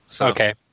Okay